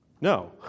No